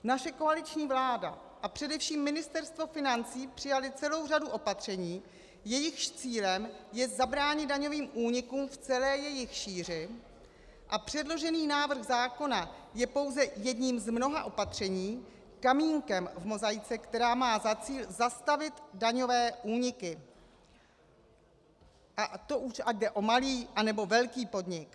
Naše koaliční vláda a především Ministerstvo financí přijaly celou řadu opatření, jejichž cílem je zabránit daňovým únikům v celé jejich šíři, a předložený návrh zákona je pouze jedním z mnoha opatření, kamínkem v mozaice, která má za cíl zastavit daňové úniky, a to ať už jde o malý, anebo velký podnik.